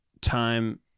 time